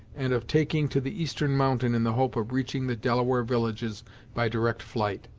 and of taking to the eastern mountain in the hope of reaching the delaware villages by direct flight.